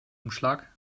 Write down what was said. umschlag